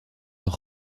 leur